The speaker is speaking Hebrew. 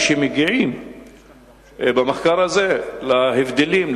כשמגיעים במחקר הזה להבדלים,